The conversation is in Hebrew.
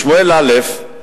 בשמואל א',